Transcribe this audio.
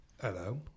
Hello